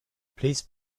please